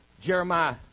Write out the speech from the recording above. Jeremiah